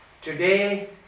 Today